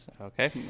okay